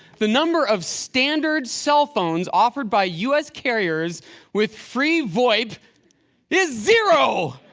the number of standard cell phones offered by us carriers with free voip is zero!